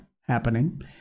happening